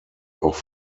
auch